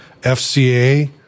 FCA